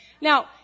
Now